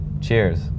Cheers